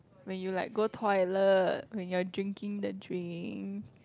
when you like go toilet when you drinking the drink